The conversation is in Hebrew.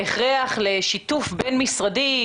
ההכרח לשיתוף בין-משרדי,